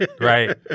right